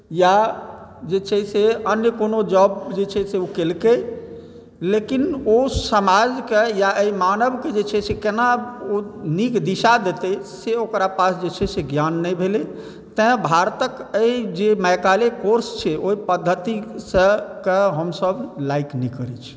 या जे छै से अन्य कोनो जॉब जे छै से ओ केलकै लेकिन ओ समाजकेँ या एहि मानवकेँ जे छै से केना ओ नीक दिशा देते से ओकरा पास जे छै से ज्ञान नहि भेलै तेँ भारतक एहि जे मैकाले कोर्स छै ओहि पद्धतिके हमसभ लाइक नहि करै छी